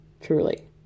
Truly